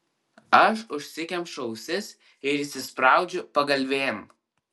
aš užsikemšu ausis ir įsispraudžiu pagalvėn